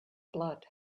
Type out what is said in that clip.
blood